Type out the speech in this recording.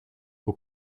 aux